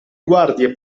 guardie